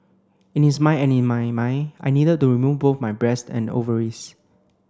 in his mind and in my mind I needed to remove both my breasts and ovaries